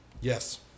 Yes